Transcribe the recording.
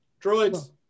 Droids